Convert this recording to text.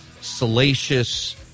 salacious